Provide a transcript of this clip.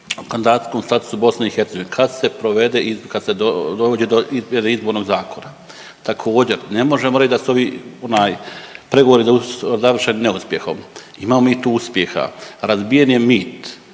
o kandidacijskom statusu BiH kad se provede, kad se dovedi do reizbornog zakona. Također ne možemo reći da su ovi onaj pregovori završeni neuspjehom. Imamo mi tu uspjeha. Razbijen je mit